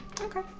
Okay